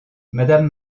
madame